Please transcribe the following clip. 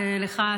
ואליך,